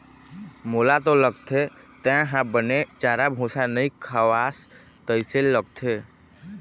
मोला तो लगथे तेंहा बने चारा भूसा नइ खवास तइसे लगथे